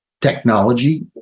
technology